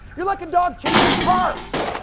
you're like a dog chasing cars.